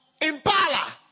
Impala